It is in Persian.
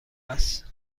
است